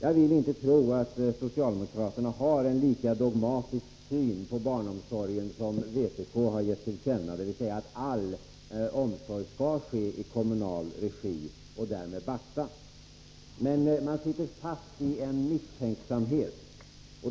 Jag vill inte tro att socialdemokraterna har en lika dogmatisk syn på barnomsorgen som vpk har gett till känna, dvs. att all omsorg skall ske i kommunal regi och därmed basta. Men man sitter fast i en misstänksamhet.